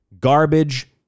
garbage